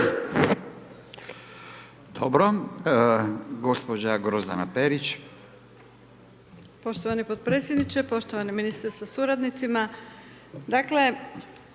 Dobro, gospođa Grozdana Perić.